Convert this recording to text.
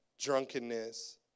drunkenness